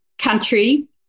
country